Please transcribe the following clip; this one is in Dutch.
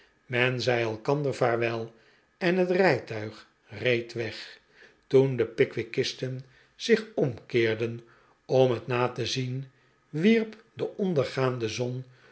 men zei elkander vaarwel en het rijtuig reed weg toen de pickwickisten zich omkeerden om het na te zien wierp de ondergaande zon